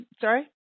sorry